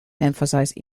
emphasize